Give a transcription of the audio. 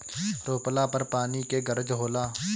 रोपला पर पानी के गरज होला